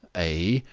a,